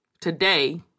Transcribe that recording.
today